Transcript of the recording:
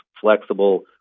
flexible